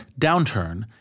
downturn